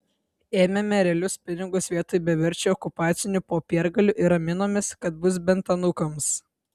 ėmėme realius pinigus vietoj beverčių okupacinių popiergalių ir raminomės kad bus bent anūkams